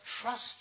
trust